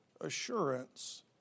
assurance